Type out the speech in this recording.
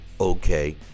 okay